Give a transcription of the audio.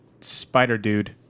Spider-Dude